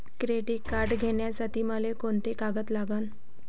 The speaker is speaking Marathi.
क्रेडिट कार्ड घ्यासाठी मले कोंते कागद लागन?